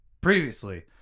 previously